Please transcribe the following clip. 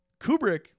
Kubrick